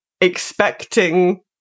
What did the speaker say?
expecting